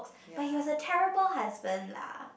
but he was a terrible husband lah